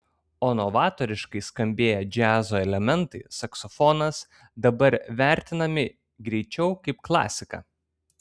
o novatoriškai skambėję džiazo elementai saksofonas dabar vertinami greičiau kaip klasika